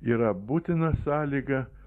yra būtina sąlyga